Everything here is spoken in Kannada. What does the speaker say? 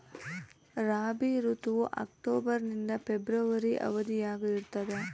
ರಾಬಿ ಋತುವು ಅಕ್ಟೋಬರ್ ನಿಂದ ಫೆಬ್ರವರಿ ಅವಧಿಯಾಗ ಇರ್ತದ